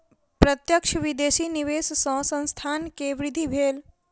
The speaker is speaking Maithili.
प्रत्यक्ष विदेशी निवेश सॅ संस्थान के वृद्धि भेल